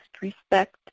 respect